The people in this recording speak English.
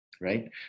right